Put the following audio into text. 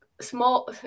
small